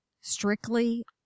strictly